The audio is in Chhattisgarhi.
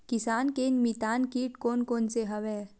किसान के मितान कीट कोन कोन से हवय?